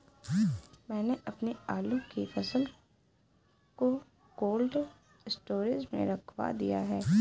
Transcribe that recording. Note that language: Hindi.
मैंने अपनी आलू की फसल को कोल्ड स्टोरेज में रखवा दिया